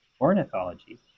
ornithology